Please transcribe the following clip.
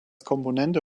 komponente